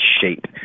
shape